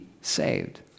saved